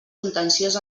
contenciós